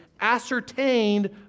ascertained